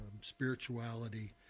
spirituality